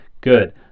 good